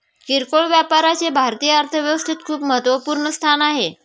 किरकोळ व्यापाराचे भारतीय अर्थव्यवस्थेत खूप महत्वपूर्ण स्थान आहे